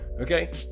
okay